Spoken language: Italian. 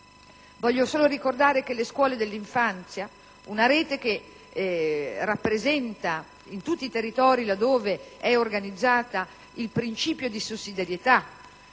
Voglio rammentare che le scuole dell'infanzia, una rete che rappresenta in tutti i territori, laddove è organizzata, il principio di sussidiarietà